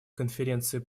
конференции